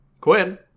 quinn